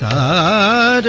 aa